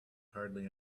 hardly